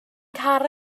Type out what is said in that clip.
car